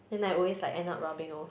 then I always like end up rubbing off